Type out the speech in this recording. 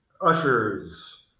ushers